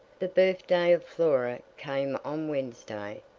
the birthday of flora came on wednesday,